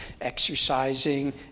exercising